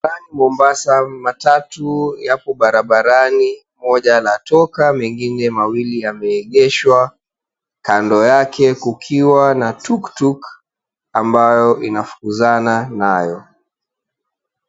Pale Mombasa matatu yako barabarani, moja latoka mengine mawili yameegeshwa, kando lake kukiwa na tuktuk ambalo linafukuzana nayo.